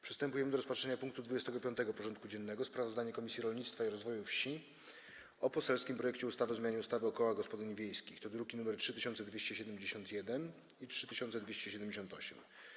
Przystępujemy do rozpatrzenia punktu 25. porządku dziennego: Sprawozdanie Komisji Rolnictwa i Rozwoju Wsi o poselskim projekcie ustawy o zmianie ustawy o kołach gospodyń wiejskich (druki nr 3271 i 3278)